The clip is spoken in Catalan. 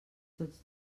tots